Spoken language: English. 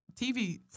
TV